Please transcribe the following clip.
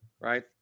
Right